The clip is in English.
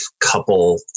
couple